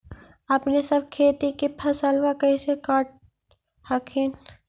अपने सब खेती के फसलबा कैसे काट हखिन?